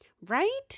Right